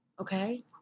Okay